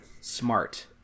Smart